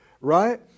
right